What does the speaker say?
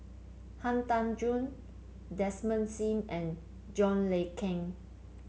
Han Tan Juan Desmond Sim and John Le Cain